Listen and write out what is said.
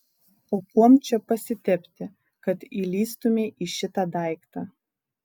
o kuom čia pasitepti kad įlįstumei į šitą daiktą